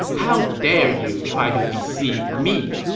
how dare you try to deceive me!